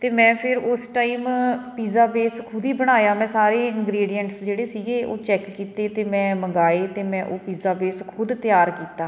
ਅਤੇ ਮੈਂ ਫਿਰ ਉਸ ਟਾਈਮ ਪਿੱਜ਼ਾ ਬੇਸ ਖੁਦ ਹੀ ਬਣਾਇਆ ਮੈਂ ਸਾਰੇ ਇੰਗਰੀਡੀਅੰਟਸ ਜਿਹੜੇ ਸੀਗੇ ਉਹ ਚੈੱਕ ਕੀਤੇ ਅਤੇ ਮੈਂ ਮੰਗਵਾਏ ਅਤੇ ਮੈਂ ਉਹ ਪਿੱਜ਼ਾ ਬੇਸ ਖੁਦ ਤਿਆਰ ਕੀਤਾ